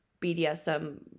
BDSM